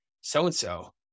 so-and-so